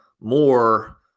more